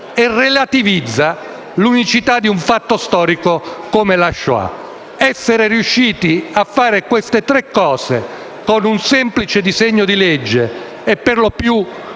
relativizza l'unicità di un fatto storico come la Shoah. Essere riusciti a fare queste tre cose con un semplice disegno di legge e perlopiù